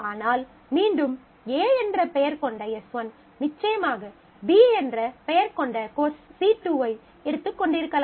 ஆனால் மீண்டும் A என்ற பெயர் கொண்ட S1 நிச்சயமாக B என்ற பெயர் கொண்ட கோர்ஸ் C2 ஐ எடுத்துக் கொண்டிருக்கலாம்